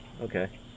Okay